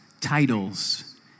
titles